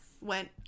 went